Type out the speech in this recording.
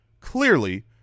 clearly